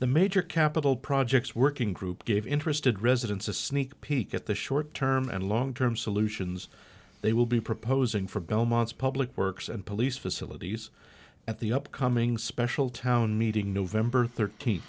the major capital projects working group gave interested residents a sneak peek at the short term and long term solutions they will be proposing for belmont's public works and police facilities at the upcoming special town meeting nov thirteenth